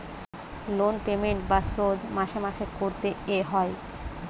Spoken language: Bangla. লোন পেমেন্ট বা শোধ মাসে মাসে করতে এ হয়